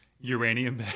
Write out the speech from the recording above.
uranium